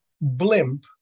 blimp